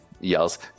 yells